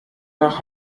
nach